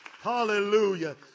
Hallelujah